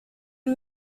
han